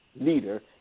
leader